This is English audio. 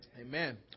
Amen